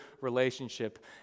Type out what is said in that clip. relationship